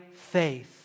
faith